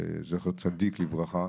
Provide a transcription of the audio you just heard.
זכר צדיק לברכה